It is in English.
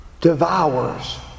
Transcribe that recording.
devours